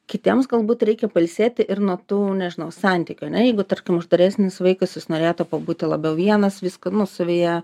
kitiems galbūt reikia pailsėti ir nuo tų nežinau santykio ane jeigu tarkim uždaresnis vaikas jis norėtų pabūti labiau vienas viską nu savyje